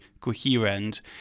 coherent